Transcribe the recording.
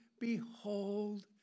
behold